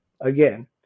again